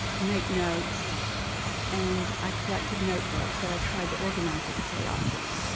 make notes and i collected notebooks that i tried to organize this chaos in.